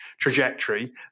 trajectory